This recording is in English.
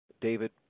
David